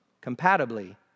compatibly